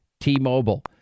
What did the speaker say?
T-Mobile